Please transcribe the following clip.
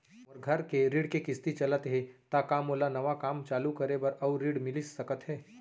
मोर घर के ऋण के किसती चलत हे ता का मोला नवा काम चालू करे बर अऊ ऋण मिलिस सकत हे?